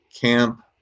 camp